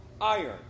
iron